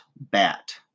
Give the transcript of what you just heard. bat